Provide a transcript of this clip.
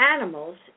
animals